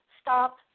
stop